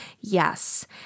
yes